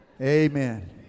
Amen